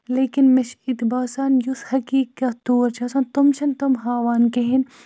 لیکِن مےٚ چھِ یِتہِ باسان یُس حقیٖقت تور چھِ آسان تِم چھِنہٕ تِم ہاوان کِہیٖنۍ